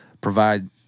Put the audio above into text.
provide